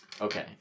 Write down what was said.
Okay